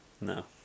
No